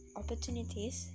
opportunities